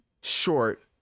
short